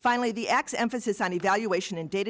finally the x emphasis on evaluation and data